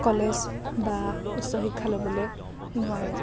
college বা উচ্চশিক্ষা ল'বলৈ নোৱাৰে